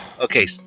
okay